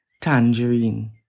tangerine